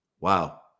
wow